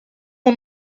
mij